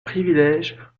privilège